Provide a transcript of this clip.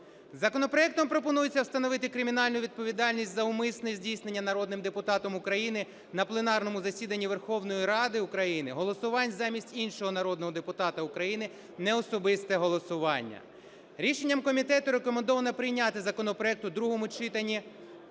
Законопроектом пропонується встановити кримінальну відповідальність за умисне здійснення народним депутатом України на пленарному засіданні Верховної Ради України голосувань замість іншого народного депутата України (неособисте голосування). Рішенням комітету рекомендовано прийняти законопроект у другому читанні